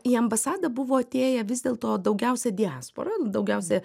į ambasadą buvo atėję vis dėlto daugiausia diaspora daugiausia